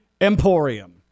Emporium